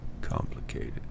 complicated